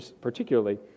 particularly